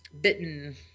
Bitten